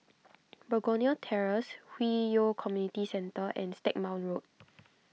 Begonia Terrace Hwi Yoh Community Centre and Stagmont Road